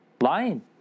Lying